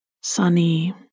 Sunny